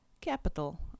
Capital